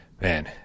man